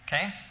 Okay